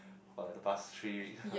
for the past three weeks